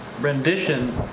rendition